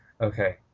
Okay